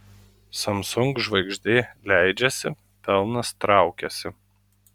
samsung žvaigždė leidžiasi pelnas traukiasi